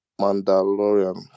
Mandalorian